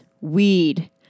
weed